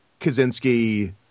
Kaczynski